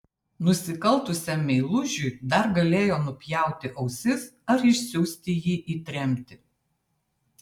nusikaltusiam meilužiui dar galėjo nupjauti ausis ar išsiųsti jį į tremtį